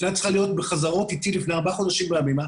שהייתה צריכה להיות בחזרות איתי לפני ארבעה חודשים בהבימה,